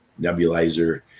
nebulizer